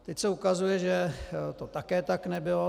Teď se ukazuje, že to také tak nebylo.